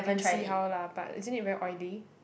see how lah but isn't it very oily